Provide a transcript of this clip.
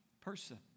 person